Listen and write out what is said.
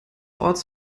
ortes